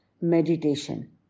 meditation